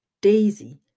Daisy